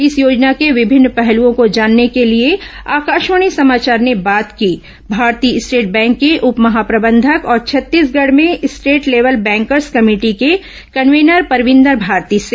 इस योजना के विभिन्न पहलुओं को जानने के लिए आकाशवाणी समाचार ने बात की भारतीय स्टेट बैंक के उप महाप्रबंधक और छत्तीसगढ़ भें स्टेट लेवल बैंकर्स कमेटी के कन्वेनर परविंदर भारती से